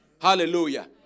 Hallelujah